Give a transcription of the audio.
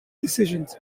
decisions